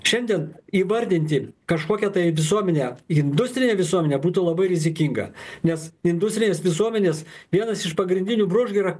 šiandien įvardinti kažkokią tai visuomenę industrinę visuomenę būtų labai rizikinga nes industrinės visuomenės vienas iš pagrindinių bruožų yra